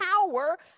power